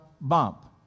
bump